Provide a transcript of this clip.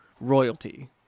royalty